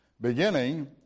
beginning